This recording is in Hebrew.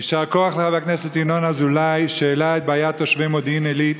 יישר כוח לחבר הכנסת ינון אזולאי שהעלה את בעיית תושבי מודיעין עילית,